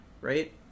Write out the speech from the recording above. Right